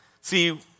See